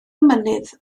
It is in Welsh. mynydd